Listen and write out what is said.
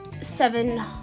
seven